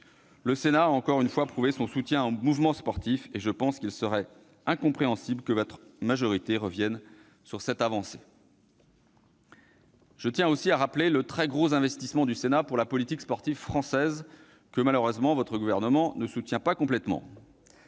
Le Sénat a, encore une fois, apporté la preuve de son soutien au mouvement sportif, et je pense qu'il serait incompréhensible que votre majorité revienne sur cette avancée. Je tiens aussi à rappeler le très gros investissement du Sénat en faveur de la politique sportive française, que, malheureusement, le Gouvernement ne soutient pas complètement.